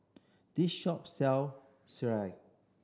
this shop sell